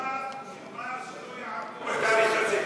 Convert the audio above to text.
כבר נאמר שלא, את ההליך הזה.